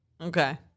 Okay